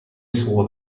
swore